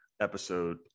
episode